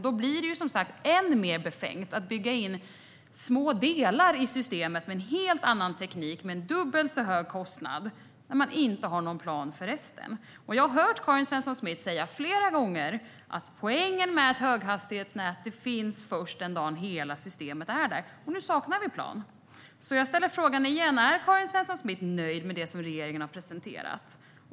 Det blir som sagt ännu mer befängt att bygga in små delar i systemet med en helt annan teknik och en dubbelt så hög kostnad när man inte har någon plan för resten. Jag har hört Karin Svensson Smith säga flera gånger att poängen med ett höghastighetsnät finns först den dag när hela systemet finns. Nu saknar vi en plan. Jag ställer därför frågan igen: Är Karin Svensson Smith nöjd med det som regeringen har presenterat?